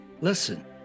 Listen